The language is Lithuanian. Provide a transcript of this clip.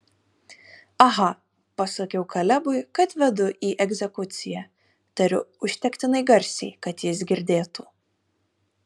aha pasakiau kalebui kad vedu į egzekuciją tariu užtektinai garsiai kad jis girdėtų